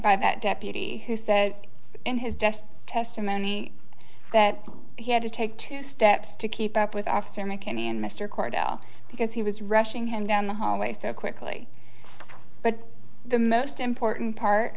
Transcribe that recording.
by that deputy who said in his desk testimony that he had to take two steps to keep up with after mckinney and mr cordell because he was rushing him down the hallway so quickly but the most important part